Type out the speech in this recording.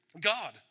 God